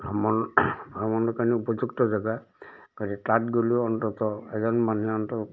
ভ্ৰমণ ভ্ৰমণৰ কাৰণে উপযুক্ত জেগা তাত গ'লেও অন্ততঃ এজন মানুহে অন্ততঃ